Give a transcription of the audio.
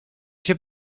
się